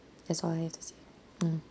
that's all I have to say mm